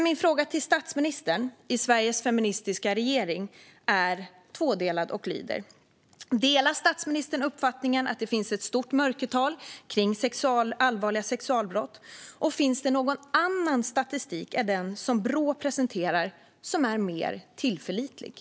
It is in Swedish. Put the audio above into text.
Min fråga till statsministern i Sveriges feministiska regering är tvådelad och lyder: Delar statsministern uppfattningen att det finns ett stort mörkertal när det gäller allvarliga sexualbrott, och finns det någon annan statistik som är mer tillförlitlig än den som Brå presenterar?